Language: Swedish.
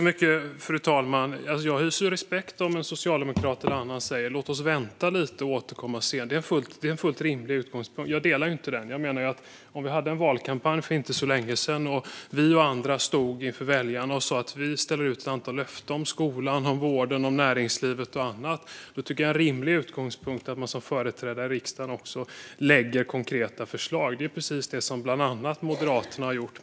Fru talman! Jag har respekt för om en socialdemokrat eller någon annan säger: Låt oss vänta lite grann och återkomma senare. Det är en fullt rimlig utgångspunkt. Jag delar inte den. Vi hade en valkampanj för inte så länge sedan då vi moderater och andra stod inför väljarna och ställde ut ett antal löften om skolan, vården, näringslivet och annat. Då tycker jag att det är en rimlig utgångspunkt att man som företrädare i riksdagen också lägger fram konkreta förslag. Det är precis det som bland andra Moderaterna har gjort.